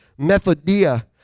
methodia